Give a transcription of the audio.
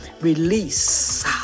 release